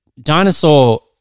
Dinosaur